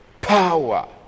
power